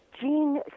Gene